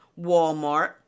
Walmart